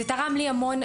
זה תרם לי הרבה מאוד,